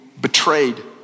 betrayed